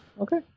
okay